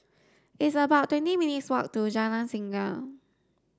it's about twenty minutes walk to Jalan Singa